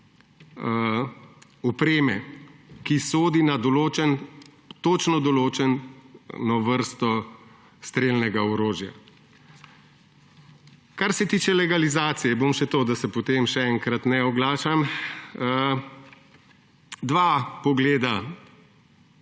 opreme, ki sodi na točno določeno vrsto strelnega orožja. Kar se tiče legalizacije bom še to povedal, da se potem še enkrat ne oglašam. Dva pogleda